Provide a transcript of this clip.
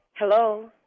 Hello